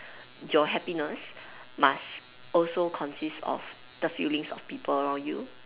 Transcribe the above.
your happiness must also consist of the feelings of people around you